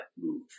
move